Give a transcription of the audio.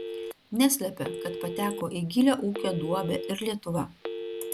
neslepia kad pateko į gilią ūkio duobę ir lietuva